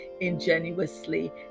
ingenuously